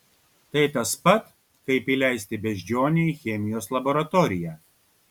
tai tas pat kaip įleisti beždžionę į chemijos laboratoriją